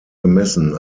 gemessen